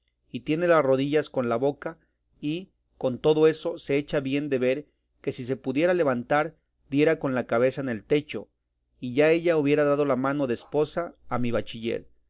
y tiene las rodillas con la boca y con todo eso se echa bien de ver que si se pudiera levantar diera con la cabeza en el techo y ya ella hubiera dado la mano de esposa a mi bachiller